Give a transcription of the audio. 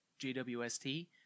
JWST